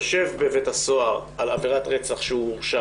יושב בבית הסוהר על עבירת רצח שהוא הורשע